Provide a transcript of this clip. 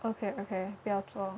okay okay 不要做